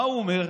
מה הוא אומר?